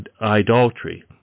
idolatry